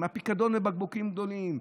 הפיקדון לבקבוקים גדולים?